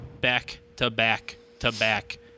back-to-back-to-back